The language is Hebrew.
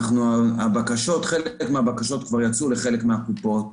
חלק מהבקשות כבר יצאו לחלק מהקופות,